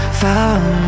found